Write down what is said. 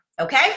Okay